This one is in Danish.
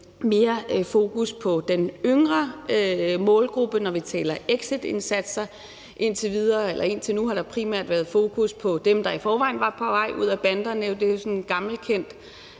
mere fokus på den yngre målgruppe, når vi taler exitindsatser. Indtil nu har der primært været fokus på dem, der i forvejen var på vej ud af banderne; det er jo sådan gammelkendt,